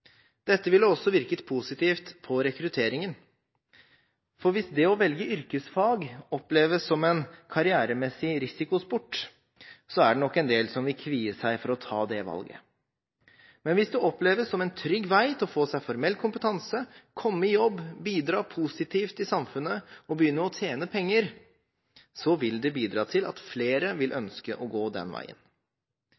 Dette ville også virket positivt på rekrutteringen, for hvis det å velge yrkesfag oppleves som en karrieremessig risikosport, er det nok en del som vil kvie seg for å ta det valget. Men hvis det oppleves som en trygg vei til å få seg formell kompetanse, komme i jobb, bidra positivt i samfunnet og begynne å tjene penger, vil det bidra til at flere vil ønske å gå den veien.